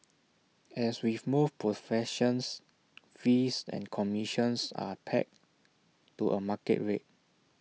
as with most professions fees and commissions are pegged to A market rate